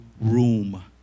room